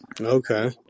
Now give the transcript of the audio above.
Okay